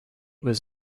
was